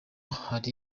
hari